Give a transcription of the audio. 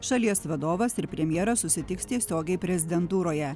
šalies vadovas ir premjeras susitiks tiesiogiai prezidentūroje